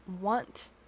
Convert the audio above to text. want